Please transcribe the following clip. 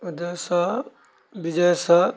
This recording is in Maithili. उदय साह विजय साह